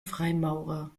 freimaurer